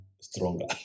stronger